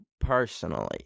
personally